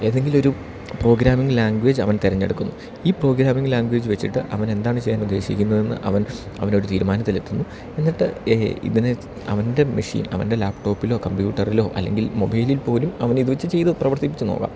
ഏതെങ്കിലും ഒരു programming language അവൻ തെരഞ്ഞെടുക്കുന്നു ഈ പ്രോഗ്രാമിംഗ് ലാംഗ്വേജ് വെച്ചിട്ട് അവനെന്താണ് ചെയ്യാൻ ഉദ്ദേശിക്കുന്നതെന്ന് അവൻ അവനൊരു തീരുമാനത്തിൽ എത്തുന്നു എന്നിട്ട് ഇതിനെ അവൻ്റെ മെഷീൻ അവൻ്റെ ലാപ്ടോപ്പിലോ കമ്പ്യൂട്ടറിലോ അല്ലെങ്കിൽ മൊബൈലിൽ പോലും അവനിത് വെച്ച് ചെയ്ത് പ്രവർത്തിപ്പിച്ചു നോക്കാം